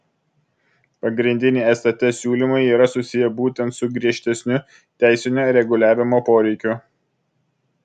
pagrindiniai stt siūlymai yra susiję būtent su griežtesniu teisinio reguliavimo poreikiu